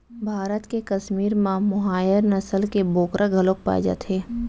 भारत के कस्मीर म मोहायर नसल के बोकरा घलोक पाए जाथे